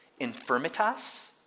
infirmitas